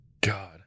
God